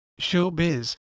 showbiz